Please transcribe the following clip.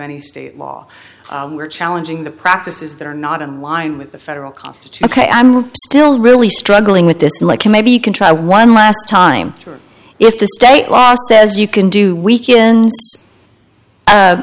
any state law we're challenging the practices that are not in line with the federal constitution a i'm still really struggling with this like maybe you can try one last time if the state law says you can do weekend